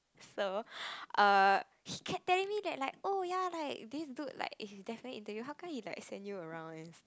so err he kept telling me that like oh ya like this dude like is definitely into you how come he like send you around and